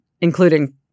including